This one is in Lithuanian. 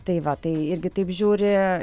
tai va tai irgi taip žiūri